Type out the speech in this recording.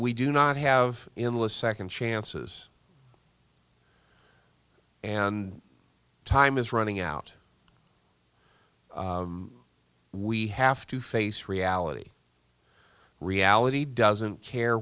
we do not have inless second chances and time is running out we have to face reality reality doesn't care